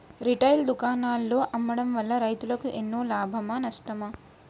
Retail దుకాణాల్లో అమ్మడం వల్ల రైతులకు ఎన్నో లాభమా నష్టమా?